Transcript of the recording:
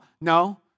no